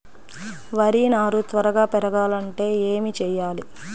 వరి నారు త్వరగా పెరగాలంటే ఏమి చెయ్యాలి?